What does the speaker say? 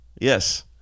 Yes